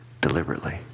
deliberately